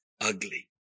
ugly